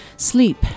sleep